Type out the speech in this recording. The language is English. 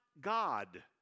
God